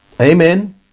Amen